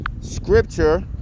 scripture